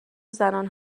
زنان